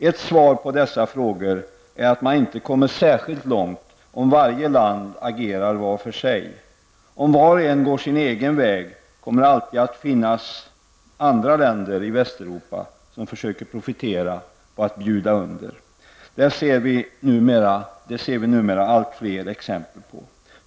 Ett svar på dessa frågor är att man inte kommer särskilt långt om varje land agerar var för sig. Om var och en går sin egen väg kommer det alltid att finnas andra länder i Västeuropa som försöker profitera på att bjuda under. Det ser vi nu mera alltfler exempel på.